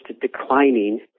declining